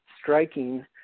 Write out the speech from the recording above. striking